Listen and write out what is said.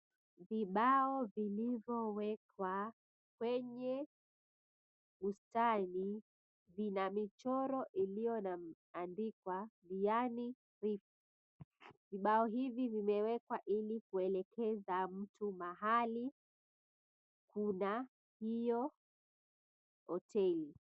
Vibao vilivyowekwa kwenye bustani vina michoro iliyoandikwa Diani Reef. Vibao hivi vimewekwa ili kuelekeza mtu mahali kuna hio hoteli.